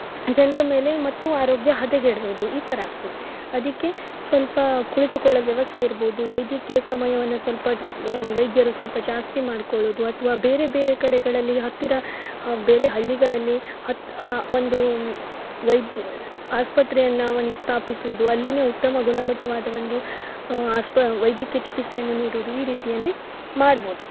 ಜನರ ಮೇಲೆ ಮತ್ತು ಆರೋಗ್ಯ ಹದಗೆಡುವುದು ಈ ಥರ ಆಗ್ತದೆ ಅದಕ್ಕೆ ಸ್ವಲ್ಪ ಕುಳಿತುಕೊಳ್ಳಲು ವ್ಯವಸ್ಥೆ ಇರ್ಬೋದು ವೈದ್ಯಕೀಯ ಸಮಯವನ್ನ ಸ್ವಲ್ಪ ವೈದ್ಯರು ಸ್ವಲ್ಪ ಜಾಸ್ತಿ ಮಾಡ್ಕೊಳ್ಳುವುದು ಅಥ್ವ ಬೇರೆ ಬೇರೆ ಕಡೆಗಳಲ್ಲಿ ಹತ್ತಿರ ಹ ಬೇರೆ ಹಳ್ಳಿಗಳಲ್ಲಿ ಹತ್ ಒಂದು ವೈದ್ಯ ಆಸ್ಪತ್ರೆಯನ್ನ ಒಂದು ಸ್ಥಾಪಿಸುವುದು ಅಲ್ಲಿನೇ ಉತ್ತಮ ಗುಣಮಟ್ಟವಾದ ಒಂದು ಆಸ್ಪ ವೈದ್ಯಕೀಯ ಚಿಕೆತ್ಸೆಯನ್ನು ನೀಡುದು ಈ ರೀತಿಯಲ್ಲಿ ಮಾಡ್ಬೋದು